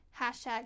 hashtag